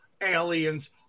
aliens